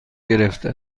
گرفته